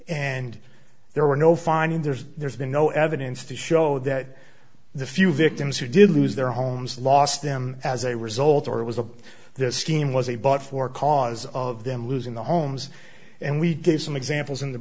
and there were no finding there's there's been no evidence to show that the few victims who did lose their homes lost them as a result or it was a their scheme was a but for cause of them losing their homes and we gave some examples in the